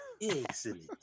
Excellent